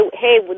hey